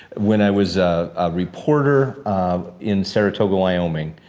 when i was a reporter in saratoga, wyoming,